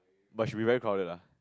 but should be very crowded lah